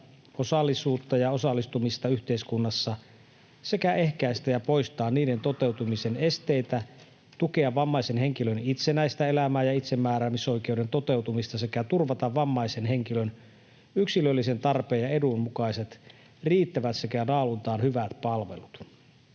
osallisuutta ja osallistumista yhteiskunnassa sekä ehkäistä ja poistaa niiden toteutumisen esteitä, tukea vammaisen henkilön itsenäistä elämää ja itsemääräämisoikeuden toteutumista sekä turvata vammaisen henkilön yksilöllisen tarpeen ja edun mukaiset riittävät sekä laadultaan hyvät palvelut.